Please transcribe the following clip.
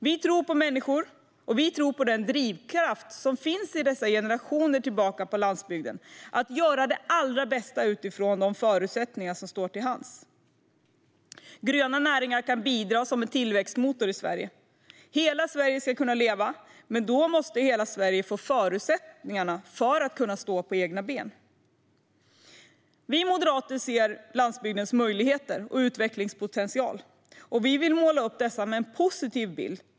Vi tror på människor, och vi tror på den drivkraft som funnits i generationer på landsbygden att göra det allra bästa utifrån de förutsättningar som finns till hands. Gröna näringar kan bidra som en tillväxtmotor i Sverige. Hela Sverige ska kunna leva, men då måste hela Sverige få förutsättningar att kunna stå på egna ben. Vi moderater ser landsbygdens möjligheter och utvecklingspotential, och vi vill måla upp dessa med en positiv bild.